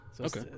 Okay